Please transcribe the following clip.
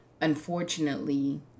unfortunately